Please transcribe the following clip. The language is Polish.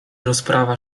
rozprawa